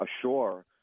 ashore